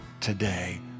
today